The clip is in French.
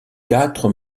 quatre